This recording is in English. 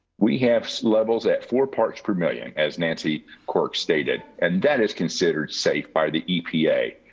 we have levels at four parts per million as nancy quirks stated, and that is considered safe by the epa.